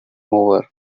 over